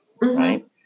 right